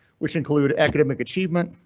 which include academic achievement,